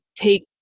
take